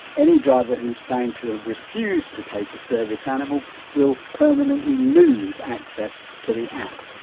any driver who's found to have refused to take a service animal will permanently lose access to the app.